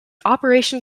operation